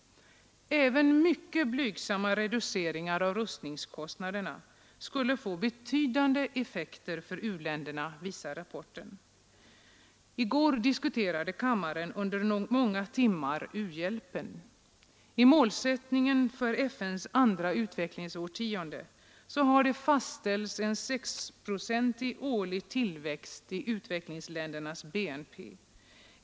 Även mycket blygsamma reduceringar av rustningskostnaderna skulle få betydande effekter för u-länderna, visar rapporten. I går diskuterade kammaren under många timmar u-hjälpen. I målsättningen för FN:s andra utvecklingsårtionde har fastställts en sexprocentig årlig tillväxt i utvecklingsländernas BNP.